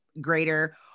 greater